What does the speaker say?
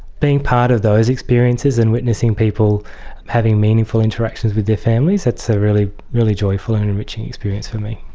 being part of those experiences and witnessing people having meaningful interactions with their families, that's a really really joyful and enriching experience for me.